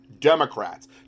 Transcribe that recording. Democrats